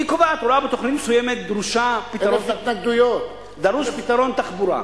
היא קובעת הוראה בתוכנית מסוימת: דרוש פתרון תחבורה,